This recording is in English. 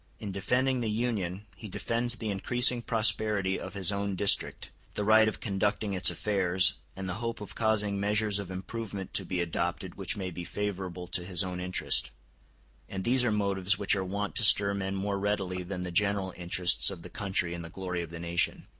in defending the union he defends the increasing prosperity of his own district, the right of conducting its affairs, and the hope of causing measures of improvement to be adopted which may be favorable to his own interest and these are motives which are wont to stir men more readily than the general interests of the country and the glory of the nation.